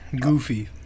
Goofy